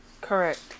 correct